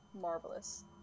Marvelous